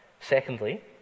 Secondly